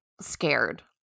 scared